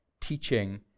teaching